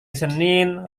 senin